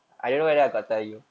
oh